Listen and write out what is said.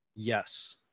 Yes